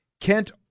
Kent